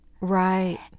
Right